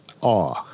awe